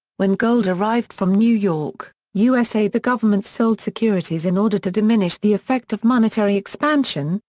when gold arrived from new york, u s a the government sold securities in order to diminish the effect of monetary expansion,